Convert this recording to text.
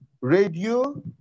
Radio